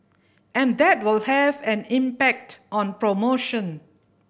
and that will have an impact on promotion